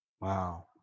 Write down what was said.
Wow